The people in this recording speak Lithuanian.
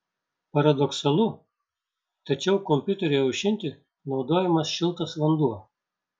paradoksalu tačiau kompiuteriui aušinti naudojamas šiltas vanduo